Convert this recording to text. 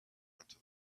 into